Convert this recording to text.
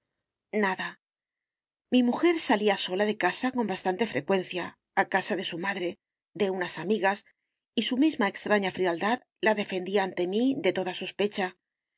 nada mi mujer salía sola de casa con bastante frecuencia a casa de su madre de unas amigas y su misma extraña frialdad la defendía ante mí de toda sospecha